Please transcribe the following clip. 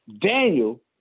Daniel